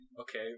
okay